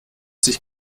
sich